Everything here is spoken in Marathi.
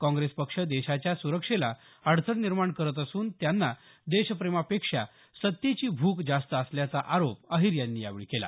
काँग्रेस पक्ष देशाच्या सुरक्षेला अडचण निर्माण करत असून त्यांना देशप्रेमापेक्षा सत्तेची भूक जास्त असल्याचा आरोप अहिर यांनी यावेळी केला